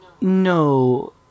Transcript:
No